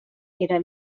era